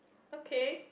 okay